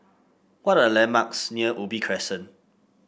what are landmarks near Ubi Crescent